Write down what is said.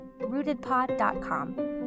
RootedPod.com